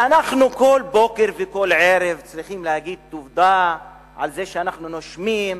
שאנחנו כל בוקר וכל ערב צריכים להגיד תודה על זה שאנחנו נושמים,